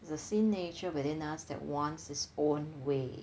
the sin nature within us that wants its own way